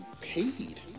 paid